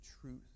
truth